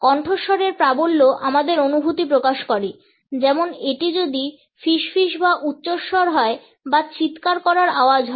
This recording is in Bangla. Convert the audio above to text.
কণ্ঠস্বরের প্রাবল্য আমাদের অনুভূতি প্রকাশ করে যেমন এটি যদি ফিসফিস বা উচ্চস্বর হয় বা চিৎকার করার আওয়াজ হয়